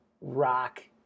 rock